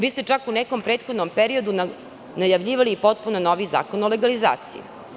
Čak ste u nekom prethodnom periodu najavljivali potpuno novi Zakon o legalizaciji.